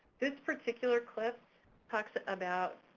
this particular clip talks ah about,